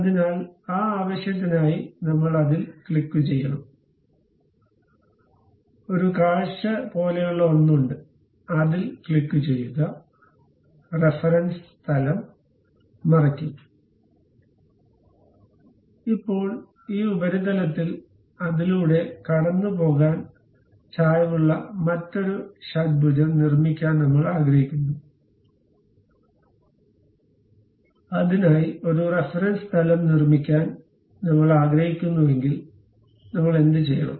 അതിനാൽ ആ ആവശ്യത്തിനായി നമ്മൾ അതിൽ ക്ലിക്കുചെയ്യണം ഒരു കാഴ്ച പോലെയുള്ള ഒന്ന് ഉണ്ട് അതിൽ ക്ലിക്കുചെയ്യുക റഫറൻസ് തലം മറയ്ക്കും ഇപ്പോൾ ഈ ഉപരിതലത്തിൽ അതിലൂടെ കടന്നുപോകാൻ ചായ്വുള്ള മറ്റൊരു ഷഡ്ഭുജം നിർമ്മിക്കാൻ നമ്മൾ ആഗ്രഹിക്കുന്നു അതിനായി ഒരു റഫറൻസ് തലം നിർമ്മിക്കാൻ നമ്മൾ ആഗ്രഹിക്കുന്നുവെങ്കിൽ നമ്മൾ എന്തുചെയ്യണം